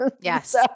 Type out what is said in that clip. Yes